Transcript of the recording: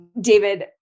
David